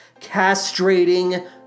castrating